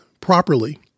properly